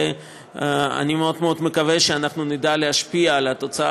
ואני מאוד מאוד מקווה שאנחנו נדע להשפיע על התוצאה